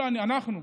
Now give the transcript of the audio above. אנחנו,